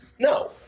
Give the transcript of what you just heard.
No